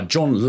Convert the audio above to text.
John